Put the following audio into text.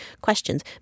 questions